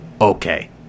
okay